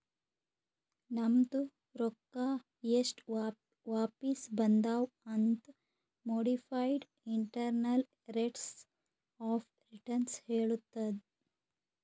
ನಮ್ದು ರೊಕ್ಕಾ ಎಸ್ಟ್ ವಾಪಿಸ್ ಬಂದಾವ್ ಅಂತ್ modified internal rates of return ಹೇಳತ್ತುದ್